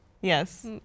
Yes